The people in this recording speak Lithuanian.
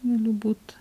galiu būt